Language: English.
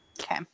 Okay